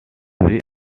way